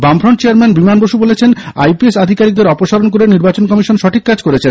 বামফ্রন্ট চেয়ারম্যান বিমান বসু বলেছেন I P S আধিকারিকদের অপসারণ করে নির্বাচন কমিশন সঠিক কাজ করেছেন